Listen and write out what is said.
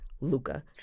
Luca